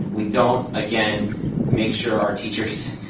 we don't again make sure our teachers,